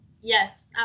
Yes